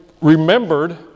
remembered